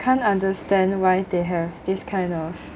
can't understand why they have this kind of